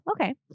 Okay